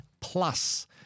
Plus